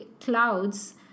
clouds